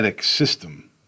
system